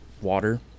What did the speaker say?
water